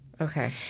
Okay